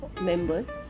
members